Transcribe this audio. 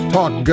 Talk